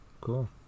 cool